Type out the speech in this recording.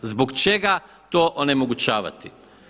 Zbog čega to onemogućavati?